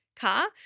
car